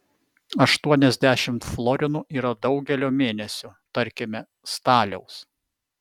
aštuoniasdešimt florinų yra daugelio mėnesių tarkime staliaus